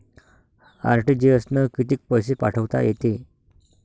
RTGS न कितीक पैसे पाठवता येते?